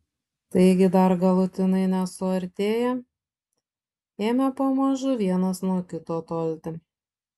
taigi dar galutinai nesuartėję ėmė pamažu vienas nuo kito tolti